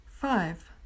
five